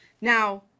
Now